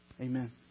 Amen